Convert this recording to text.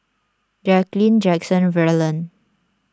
Jacqueline Jackson and Verlon